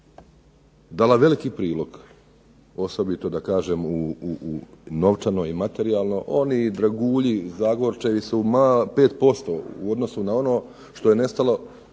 dala veliki prilog, osobito da kažem u novčano i materijalno, oni dragulji Zagorčevi su ma 5% u odnosu na ono što je nestalo